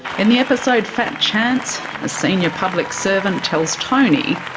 in the episode fat chance a senior public servant tells tony,